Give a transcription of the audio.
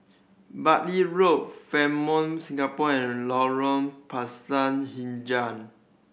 Bartley Road Fairmont Singapore and Lorong Pisang Hijau